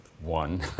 one